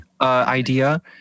idea